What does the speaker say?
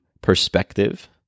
perspective